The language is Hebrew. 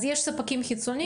אז יש ספקים חיצוניים?